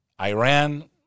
Iran